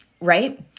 Right